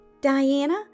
Diana